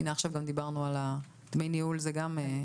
הנה עכשיו אמרנו שגם את דמי הניהול הם סופגים.